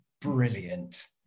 Brilliant